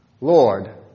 Lord